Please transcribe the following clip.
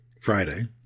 Friday